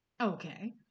Okay